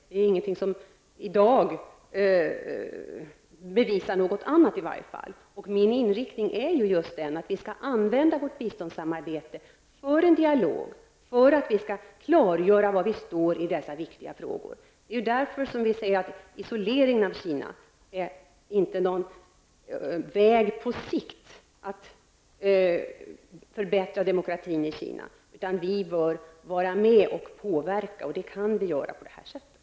Det är i dag ingenting som tyder på någonting annat, och min inriktning är just att vi skall använda vårt biståndssamarbete för en dialog för att vi skall klargöra var vi står i dessa viktiga frågor. Det är därför vi säger att isoleringen av Kina inte är någon väg på sikt för att förbättra demokratin i Kina. Vi bör i stället vara med och påverka, och det kan vi göra på det här sättet.